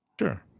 Sure